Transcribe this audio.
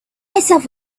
myself